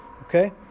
okay